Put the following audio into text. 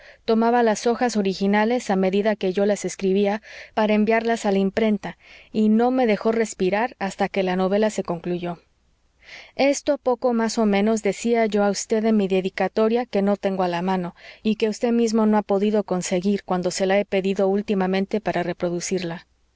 tomaba las hojas originales a medida que yo las escribía para enviarlas a la imprenta y no me dejó respirar hasta que la novela se concluyó esto poco más o menos decía yo a vd en mi dedicatoria que no tengo a la mano y que vd mismo no ha podido conseguir cuando se la he pedido últimamente para reproducirla